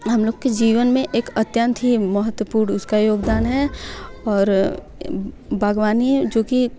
हम लोग के जीवन में एक अत्यंत ही महत्वपूर्ण उसका योगदान है और बाग़बानी जो कि